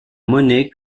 monnaie